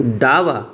डावा